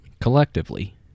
collectively